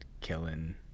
killing